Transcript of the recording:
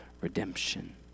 redemption